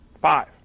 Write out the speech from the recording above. five